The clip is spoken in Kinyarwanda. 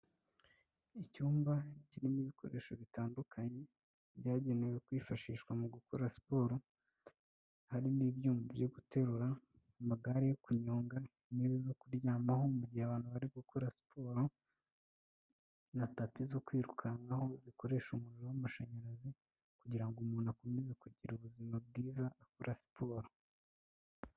Icyumba kirimo ibikoresho bitandukanye byagenewe kwifashishwa mu gukora siporo, harimo ibyuma byo guterura, amagare yo kunyonga, intebe zo kuryamaho mu gihe abantu bari gukora siporo na tapi zo kwirukankaho zikoresha umuriro w'amashanyarazi, kugira ngo umuntu akomeze kugira ubuzima bwiza akora siporo.